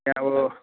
त्यहाँबाट